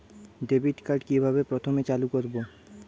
Debit card কিভাবে প্রথমে চালু করব?